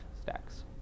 stacks